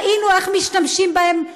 ראינו איך משתמשים בהם,